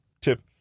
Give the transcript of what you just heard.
Tip